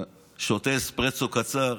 שותה אספרסו קצר